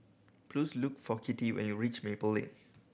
please look for Kittie when you reach Maple Lane